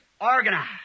Organize